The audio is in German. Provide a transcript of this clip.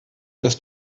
das